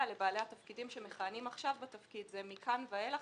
לבעלי התפקידים שמכהנים עכשיו בתפקיד אלא זה מכאן ואילך,